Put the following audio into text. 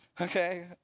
okay